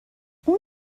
اون